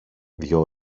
δυο